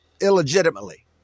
illegitimately